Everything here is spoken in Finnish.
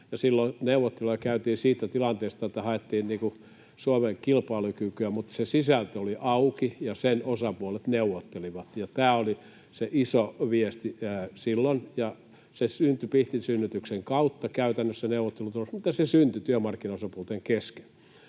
silloin neuvotteluja käytiin siitä tilanteesta, että haettiin Suomeen kilpailukykyä, mutta se sisältö oli auki, ja sen osapuolet neuvottelivat. Tämä oli se iso viesti silloin, ja se neuvottelutulos syntyi käytännössä pihtisynnytyksen kautta, mutta se syntyi työmarkkinaosapuolten kesken.